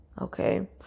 Okay